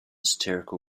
satirical